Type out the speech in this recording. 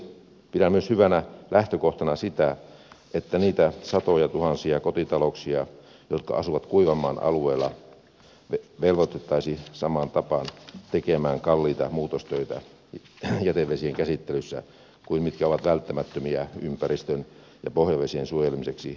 pidän myös hyvänä lähtökohtana sitä että niitä satojatuhansia kotitalouksia jotka ovat kuivanmaan alueella velvoitettaisiin samaan tapaan tekemään kalliita muutostöitä jätevesien käsittelyssä kuin velvoitetaan pohjavesialueella ja vesistöjen lähellä olevia kiinteistöjä tekemään välttämättömiä muutostöitä ympäristön ja pohjavesien suojelemiseksi